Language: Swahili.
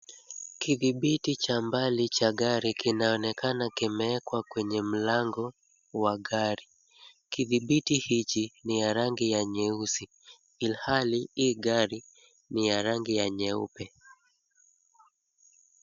Kithibiti cha mbali cha gari kinaonekana kimewekwa kwenye mlango wa gari. Kithibiti hichi ni ya rangi ya nyeusi, ilhali hili gari ni ya rangi ya nyeupe.